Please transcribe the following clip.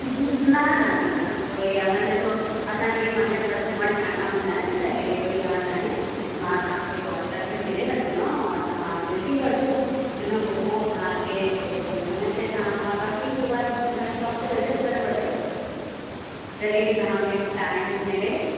न न न न कोई आहे न ॾिसो असांखे बि पंहिंजा कस्टमर ठाहिणा हूंदा आहिनि त हेड़ी कोई ॻाल्हि न आहे मां तव्हां खे वॉट्सअप ते भेजे रखदीमांव और तव्हां ॾिसी वठिजो उन खां पोइ तव्हां खे जेको सम्झि में अचे तव्हां और बाकी हिक बार शॉप ते विसिट करे वठिजो जॾहि बि तव्हां खे टाइम मिले